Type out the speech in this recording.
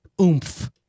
oomph